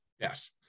Yes